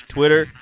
Twitter